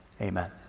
amen